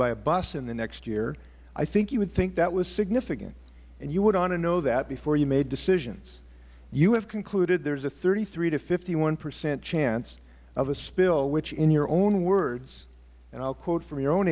by a bus in the next year i think you would think that was significant and you would want to know that before you made decisions you have concluded there is a thirty three to fifty one percent chance of a spill which in your own words and i will quote from your own